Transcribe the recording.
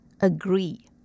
agree